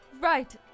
Right